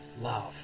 love